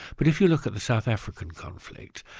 but if you look at the south african conflict,